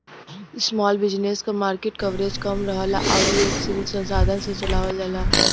small business क market coverage कम रहला आउर इ एक सीमित संसाधन से चलावल जाला